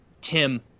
Tim